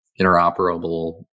interoperable